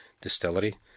distillery